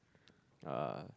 uh